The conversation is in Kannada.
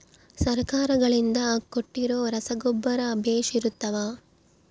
ಸರ್ಕಾರಗಳಿಂದ ಕೊಟ್ಟಿರೊ ರಸಗೊಬ್ಬರ ಬೇಷ್ ಇರುತ್ತವಾ?